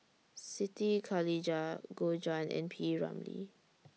Siti Khalijah Gu Juan and P Ramlee